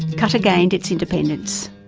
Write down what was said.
qatar gained its independence.